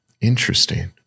Interesting